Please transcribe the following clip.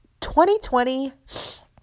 2020